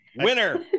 winner